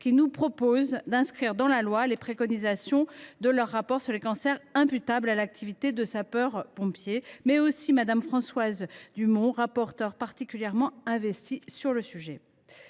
qui nous proposent d’inscrire dans la loi les préconisations de leur rapport sur les cancers imputables à l’activité de sapeur pompier, ainsi que Françoise Dumont, rapporteure particulièrement investie sur ce sujet.